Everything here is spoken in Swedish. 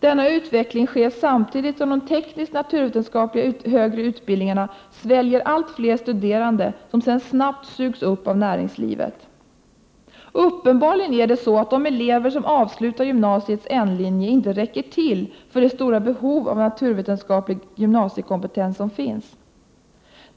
Denna utveckling sker samtidigt som de teknisk-naturvetenskapliga högre utbildningarna sväljer allt fler studerande, som sedan snabbt sugs upp av näringslivet. Uppenbarligen är det så att de elever som avslutar gymnasiets N-linje inte räcker till för det stora behov av naturvetenskaplig gymnasiekompetens som finns.